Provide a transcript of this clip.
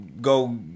go